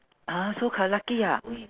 ah so c~ lucky ah